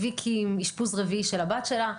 ויקי עם אשפוז רביעי של הבת שלה.